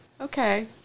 Okay